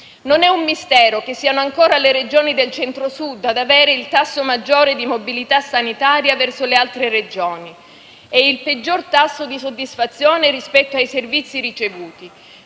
Non è un mistero che siano ancora le Regioni del Centro-Sud ad avere il tasso maggiore di mobilità sanitaria verso le altre Regioni e il peggior tasso di soddisfazione rispetto ai servizi ricevuti.